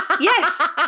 yes